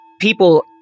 people